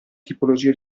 tipologie